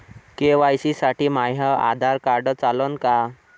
KYC साठी माह्य Aadhaar card चालन का?